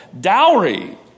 dowry